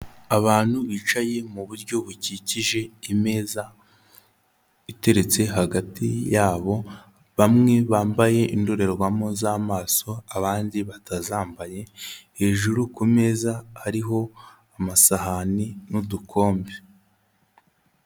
Abantu bicaye mu buryo bukikije imeza, iteretse hagati yabo, bamwe bambaye indorerwamo z'amaso, abandi batazambaye, hejuru ku meza hariho amasahani n'udukombe.